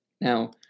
Now